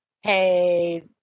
hey